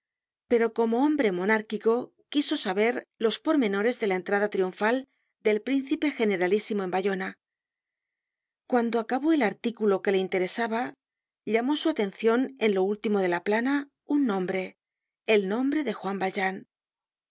pero como hombre monárquico quiso saberlos pormenores de la entrada triunfal del príncipe generalísimo en bayona cuando acabó el artículo que le interesaba llamó su atencion en lo último de la plana un nombre el nombre de juan valjean